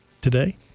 today